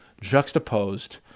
juxtaposed